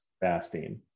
fasting